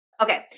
Okay